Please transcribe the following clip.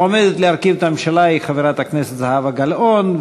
המועמדת להרכיב את הממשלה היא חברת הכנסת זהבה גלאון,